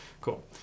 cool